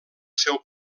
seu